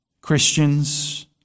Christians